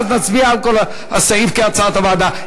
ואז נצביע על כל הסעיף כהצעת הוועדה.